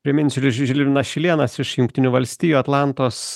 priminsiu žilvinas šilėnas iš jungtinių valstijų atlantos